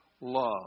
love